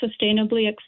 sustainably